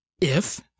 If